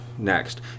next